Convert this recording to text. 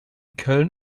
köln